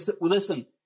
Listen